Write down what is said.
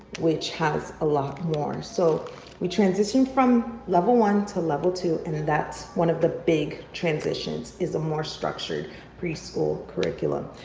which has a lot more so we transition from level one to level two and that's one of the big transitions is a more structured preschool curriculum.